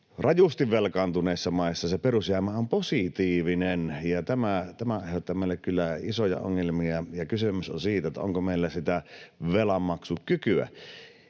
rajusti velkaantuneissa maissa se perusjäämä on positiivinen, ja tämä aiheuttaa meille kyllä isoja ongelmia. Kysymys on siitä, onko meillä sitä velanmaksukykyä